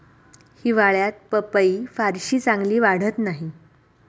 हिवाळ्यात पपई फारशी चांगली वाढत नाही